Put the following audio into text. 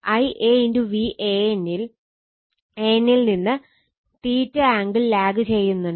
Ia Van ൽ നിന്ന് angle lag ചെയ്യുന്നുണ്ട്